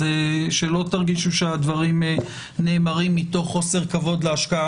שלא תרגישו שהדברים נאמרים מתוך חוסר כבוד להשקעה